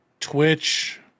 twitch